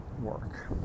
work